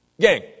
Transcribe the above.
Gang